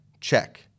check